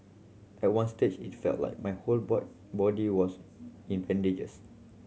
at one stage it felt like my whole boy body was in bandages